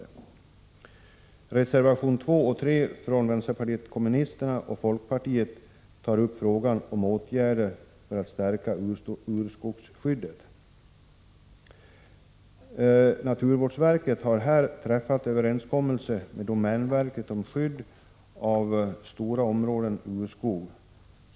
I reservationerna 2 och 3 från vänsterpartiet kommunisterna och folkpartiet tas frågan upp om åtgärder för att stärka skyddet av våra urskogar. Naturvårdsverket har träffat överenskommelse med domänverket om skydd av stora områden urskog.